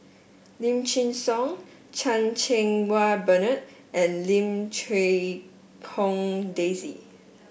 Lim Chin Siong Chan Cheng Wah Bernard and Lim Quee Hong Daisy